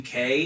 UK